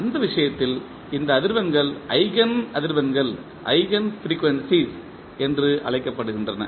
அந்த விஷயத்தில் இந்த அதிர்வெண்கள் ஈஜென் அதிர்வெண்கள் என்று அழைக்கப்படுகின்றன